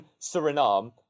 Suriname